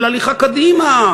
של הליכה קדימה,